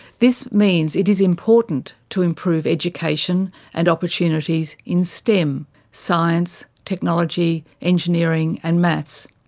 this means it is important to improve education and opportunities in stem science, technology, engineering and maths.